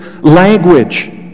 language